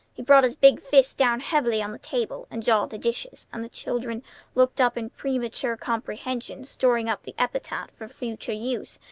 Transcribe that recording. he brought his big fist down heavily on the table, and jarred the dishes and the children looked up in premature comprehension, storing up the epithet for future use.